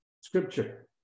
Scripture